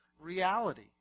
reality